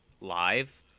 live